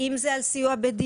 אם זה על סיוע בדיור,